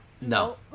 No